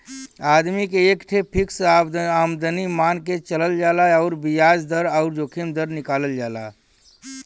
आदमी के एक ठे फ़िक्स आमदमी मान के चलल जाला अउर बियाज दर अउर जोखिम दर निकालल जाला